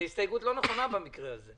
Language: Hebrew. זו הסתייגות לא נכונה, במקרה הזה.